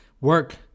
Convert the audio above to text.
work